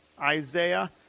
Isaiah